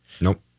Nope